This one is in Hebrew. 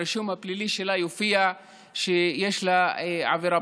ברישום הפלילי שלה יופיע שיש לה עבירה פלילית.